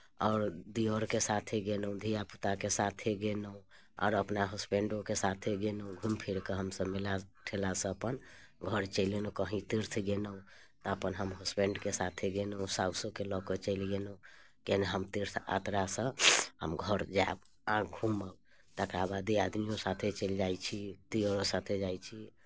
आओर दियरके साथे गेलहुँ धियापुताके साथे गेलहुँ आओर अपना हस्बेंडोके साथे गेलहुँ घुमि फिरि कऽ हमसभ मेला ठेलासँ अपन घर चलि अयलहुँ कहीँ तीर्थ गेलहुँ तऽ अपन हम हस्बेंडके साथे गेलहुँ सासुओके लऽ कऽ चलि गेलहुँ फेर तीर्थ यात्रासँ हम घर जायब आ घूमब तकरा बादे आदमियोके साथे चलि जाइ छी दियरके साथे जाइत छी